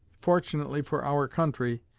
fortunately for our country,